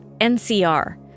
NCR